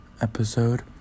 episode